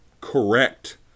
correct